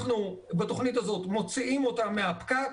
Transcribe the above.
בתוכנית הזאת מוציאים אותם מהפקק,